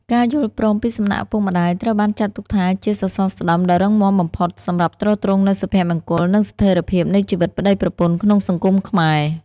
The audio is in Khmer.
ការយល់ព្រមពីសំណាក់ឪពុកម្ដាយត្រូវបានចាត់ទុកថាជាសសរស្តម្ភដ៏រឹងមាំបំផុត សម្រាប់ទ្រទ្រង់នូវសុភមង្គល និងស្ថិរភាពនៃជីវិតប្ដីប្រពន្ធក្នុងសង្គមខ្មែរ។